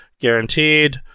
guaranteed